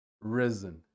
risen